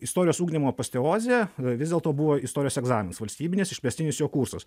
istorijos ugdymo aposteozė e vis dėlto buvo istorijos egzaminas valstybinis išplėstinis jo kursas